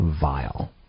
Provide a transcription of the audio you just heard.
vile